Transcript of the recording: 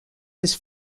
his